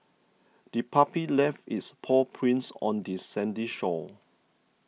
the puppy left its paw prints on the sandy shore